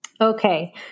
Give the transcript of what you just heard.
Okay